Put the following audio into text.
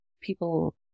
people